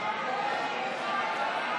1,